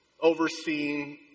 overseeing